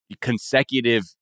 consecutive